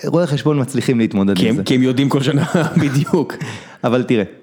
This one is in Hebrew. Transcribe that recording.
רואה חשבון מצליחים להתמודד עם זה, כי הם יודעים כל שנה, בדיוק, אבל תראה.